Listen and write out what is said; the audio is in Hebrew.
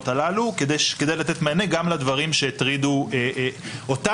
הללו כדי לתת מענה גם לדברים שהטרידו אותנו,